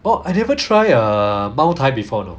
orh I never try err mou tai before you know